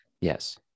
Yes